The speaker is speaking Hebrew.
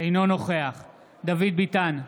אינו נוכח דוד ביטן,